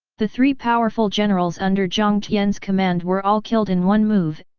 the three powerful generals under jiang tian's command were all killed in one move,